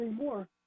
more